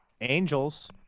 Angels